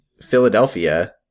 Philadelphia